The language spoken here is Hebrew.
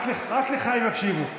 רק לך הם יקשיבו.